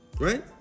right